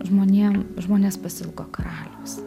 žmonėm žmonės pasiilgo karaliaus